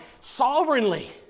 sovereignly